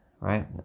right